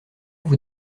vous